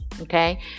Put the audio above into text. okay